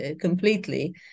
completely